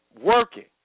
working